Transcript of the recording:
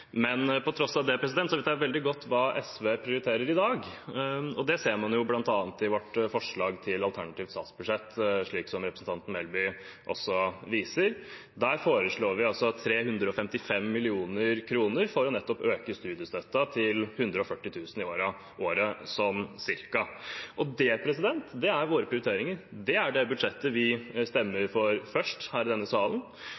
Men på tross av det vet jeg veldig godt hva SV prioriterer i dag, og det ser man bl.a. i vårt forslag til alternativt statsbudsjett, som representanten Melby viser til. Der foreslår vi 355 mill. kr for nettopp å øke studiestøtten til 140 000 kr i året, sånn cirka. Det er våre prioriteringer. Det er det budsjettet vi